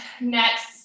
next